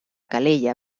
calella